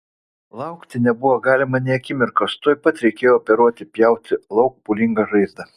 laukti nebuvo galima nė akimirkos tuoj pat reikėjo operuoti pjauti lauk pūlingą žaizdą